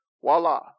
Voila